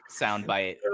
soundbite